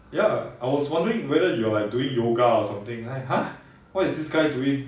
ya I was wondering whether you are like doing yoga or something like !huh! what is this guy doing